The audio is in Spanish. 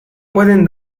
pueden